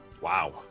Wow